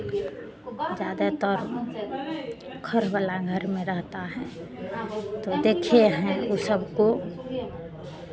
ज़्यादातर खढ़बला घर में रहता है तो देखे हैं वो सबको